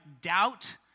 doubt